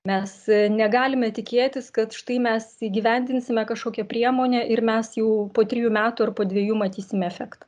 mes negalime tikėtis kad štai mes įgyvendinsime kažkokią priemonę ir mes jau po trijų metų ir po dviejų matysim efektą